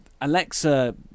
Alexa